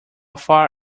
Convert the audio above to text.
far